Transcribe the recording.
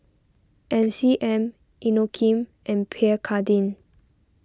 M C M Inokim and Pierre Cardin